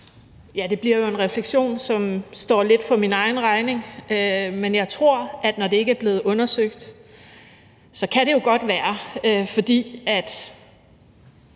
Det bliver jo en refleksion, som står lidt for min egen regning. Men jeg tror, at når det ikke er blevet undersøgt, kan det jo godt være, fordi –